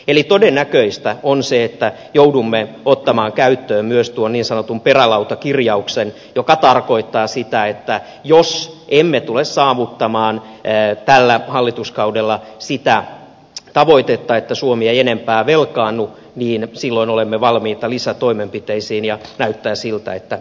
eli todennäköistä on se että joudumme ottamaan käyttöön myös tuon niin sanotun perälautakirjauksen joka tarkoittaa sitä että jos emme tule saavuttamaan tällä hallituskaudella sitä tavoitetta että suomi ei enempää velkaannu niin silloin olemme valmiita lisätoimenpiteisiin ja näyttää siltä että niitä tarvitaan